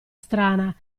strana